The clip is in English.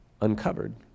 uncovered